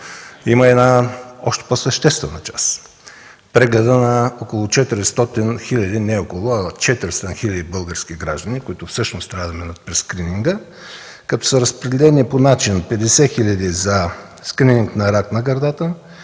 има една още по-съществена част – прегледът на около 400 000, не около, а 400 000 български граждани, които всъщност трябва да минат през скрининга, като се разпределят по начин: 50 000 за скрининг на рак на гърдата;